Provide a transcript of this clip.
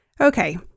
Okay